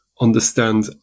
understand